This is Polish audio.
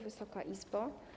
Wysoka Izbo!